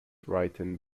written